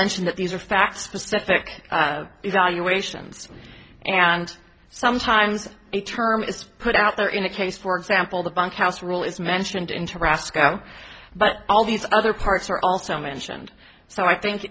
mention that these are facts specific evaluations and sometimes a term is put out there in a case for example the bunkhouse rule is mentioned into rask oh but all these other parts are also mentioned so i think